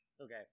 Okay